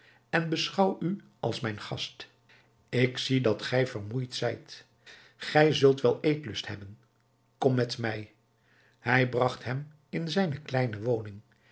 en beschouw u als mijn gast ik zie dat gij vermoeid zijt gij zult wel eetlust hebben kom met mij hij bragt hem in zijne kleine woning